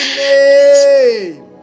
name